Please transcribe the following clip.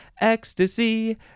Ecstasy